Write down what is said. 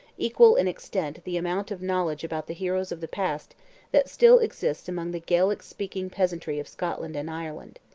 equal in extent the amount of knowledge about the heroes of the past that still exists among the gaelic-speaking peasantry of scotland and ireland.